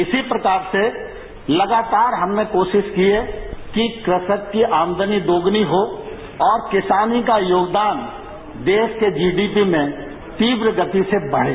इसी प्रकार से लगातार हमने कोशिश की है कि कृषक की आमंदनी दोगुनी हो और किसानी का योगदान देश के जीडीपी में तीव्र गति से बढ़े